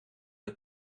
het